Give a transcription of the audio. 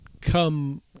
come